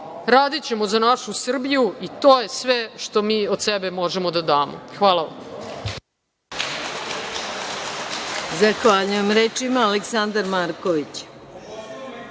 radićemo za našu Srbiju i to je sve što mi možemo od sebe da damo. Hvala vam.